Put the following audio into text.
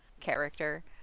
character